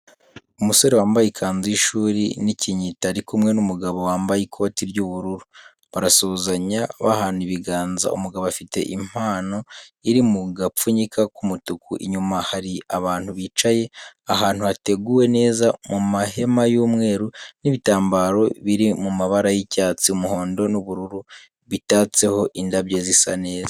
Umusore wambaye ikanzu y’ishuri n’ikinyita ari kumwe n’umugabo wambaye ikote ry’ubururu. Barasuhuzanya bahana ibiganza, umugabo afite impano iri mu gapfunyika k’umutuku. Inyuma hari abantu bicaye, ahantu hateguwe neza mu mahema y'umweru n'ibitambaro biri mu mabara y’icyatsi, umuhondo n’ubururu bitanseho indabyo zisa neza.